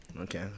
Okay